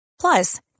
Plus